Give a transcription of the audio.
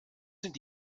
sind